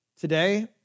today